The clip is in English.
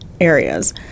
areas